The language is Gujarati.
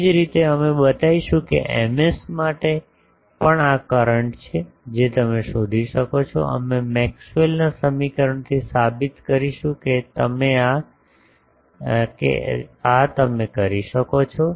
તેવી જ રીતે અમે બતાવીશું કે Ms માટે પણ આ કરંટ છે જે તમે શોધી શકો અમે મેક્સવેલના સમીકરણથી સાબિત કરીશું કે આ તમે કરી શકો છો